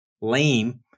lame